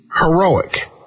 Heroic